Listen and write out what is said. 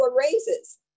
raises